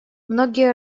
многие